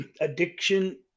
addiction